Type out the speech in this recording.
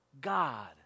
God